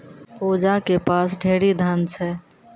पूजा के पास ढेरी धन छै